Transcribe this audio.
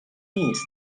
نیست